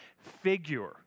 figure